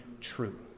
true